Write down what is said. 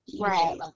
right